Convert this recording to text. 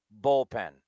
bullpen